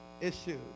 issues